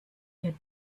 had